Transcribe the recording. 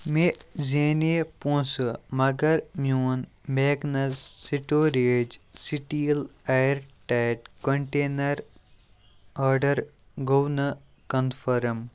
مےٚ زینے پونٛسہٕ مگر میون میکنَز storage steel air tight container order گوٚو نہٕ کنفٔرٕم